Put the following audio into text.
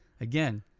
Again